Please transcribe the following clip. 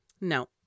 No